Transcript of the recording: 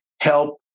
help